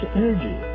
energy